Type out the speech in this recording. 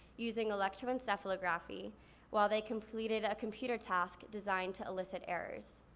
using electroencephalography while they completed a computer task designed to elicit errors.